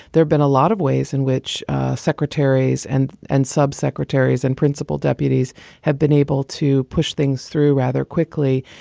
there's been a lot of ways in which secretaries and and sub secretaries and principal deputies have been able to push things through rather quickly.